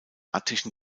attischen